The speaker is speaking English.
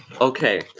Okay